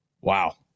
Wow